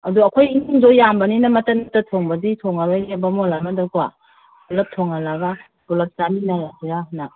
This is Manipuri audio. ꯑꯗꯣ ꯑꯩꯈꯣꯏ ꯏꯃꯨꯡꯗꯣ ꯌꯥꯝꯕꯅꯤꯅ ꯃꯇꯠ ꯃꯇꯠ ꯊꯣꯡꯕꯗꯤ ꯊꯣꯡꯂꯔꯣꯏꯒꯦ ꯕꯥꯃꯣꯟ ꯑꯃꯗꯀꯣ ꯄꯨꯂꯞ ꯌꯣꯡꯍꯜꯂꯒ ꯄꯨꯂꯞ ꯆꯥꯃꯤꯟꯅꯔꯁꯤꯔꯥꯅ